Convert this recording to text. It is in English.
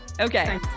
Okay